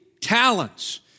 talents